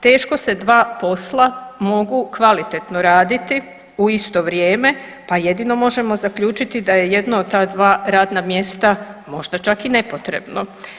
Teško se dva posla mogu kvalitetno raditi u isto vrijeme, pa jedino možemo zaključiti da je jedno od ta dva radna mjesta možda čak i nepotrebno.